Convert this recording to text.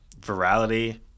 virality